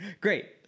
Great